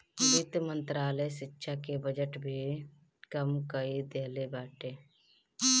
वित्त मंत्रालय शिक्षा के बजट भी कम कई देहले बाटे